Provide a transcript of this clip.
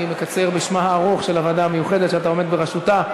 אני מקצר בשמה הארוך של הוועדה המיוחדת שאתה עומד בראשותה,